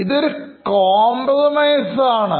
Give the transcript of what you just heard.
ഇതൊരു Compromise ആണ്